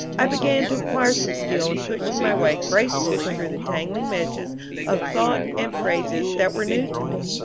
i began to acquire some skill in pushing my way gracefully through the tangling meshes of thought and phrases that were new to me.